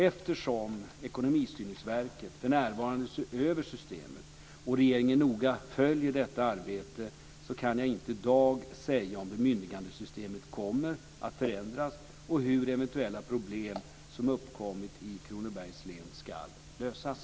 Eftersom Ekonomistyrningsverket för närvarande ser över systemet och regeringen noga följer detta arbete kan jag inte i dag säga om bemyndigandesystemet kommer att förändras och hur eventuella problem som uppkommit i Kronobergs län ska lösas.